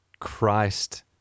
Christ